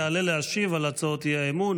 יעלה להשיב על הצעות האי-אמון